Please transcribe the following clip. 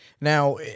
now